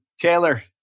Taylor